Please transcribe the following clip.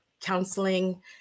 Counseling